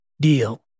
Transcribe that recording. deal